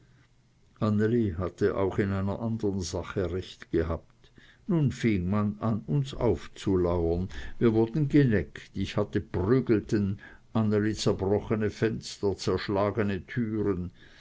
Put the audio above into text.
hatte in einer andern sache auch recht gehabt nun fing man an uns aufzulauern wir wurden geneckt ich hatte prügelten anneli zerbrochene fenster zerschlagene türen